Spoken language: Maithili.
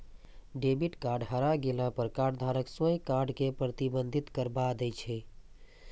डेबिट कार्ड हेरा गेला पर कार्डधारक स्वयं कार्ड कें प्रतिबंधित करबा दै छै